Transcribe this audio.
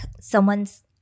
someone's